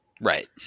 Right